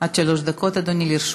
עד שלוש דקות, אדוני, לרשותך.